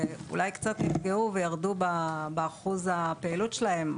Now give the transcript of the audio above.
שאולי קצת נפגעו וירדו באחוז הפעילות שלהן.